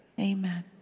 Amen